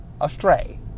astray